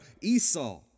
Esau